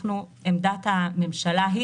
עמדת הממשלה היא,